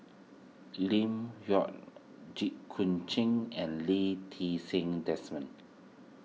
Lim Yau Jit Koon Ch'ng and Lee Ti Seng Desmond